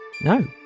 No